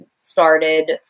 started